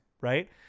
right